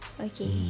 Okay